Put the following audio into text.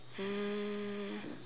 um